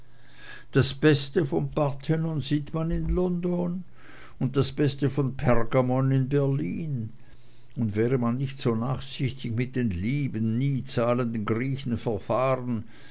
das beste vom parthenon sieht man in london und das beste von pergamum in berlin und wäre man nicht so nachsichtig mit den lieben nie zahlenden griechen verfahren